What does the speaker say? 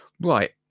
Right